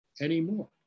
anymore